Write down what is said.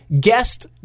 guest